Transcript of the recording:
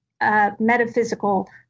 metaphysical